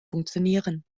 funktionieren